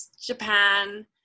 Japan